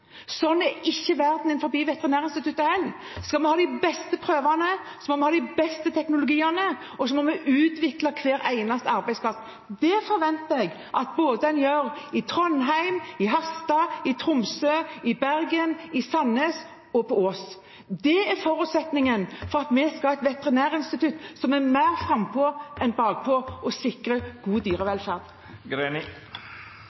Sånn er ikke verden innenfor Veterinærinstituttet heller. Skal vi ha de beste prøvene, må vi ha de beste teknologiene, og så må vi utvikle hver eneste arbeidsplass. Det forventer jeg at en gjør både i Trondheim, i Harstad, i Tromsø, i Bergen, i Sandnes og på Ås. Det er forutsetningen for at vi skal ha et veterinærinstitutt som er mer frampå enn bakpå, og som sikrer god